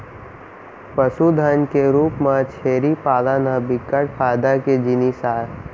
पसुधन के रूप म छेरी पालन ह बिकट फायदा के जिनिस आय